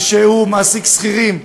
שהוא מעסיק שכירים,